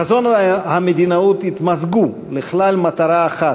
החזון והמדינאות התמזגו לכלל מטרה אחת: